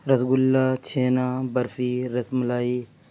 rasgulla chhena barfi rasmalai